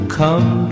come